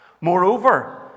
Moreover